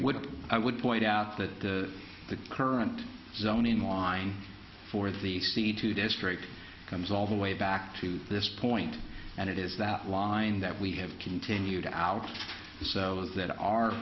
would i would point out that the current zone in line for the sea to district comes all the way back to this point and it is that line that we have continued out of that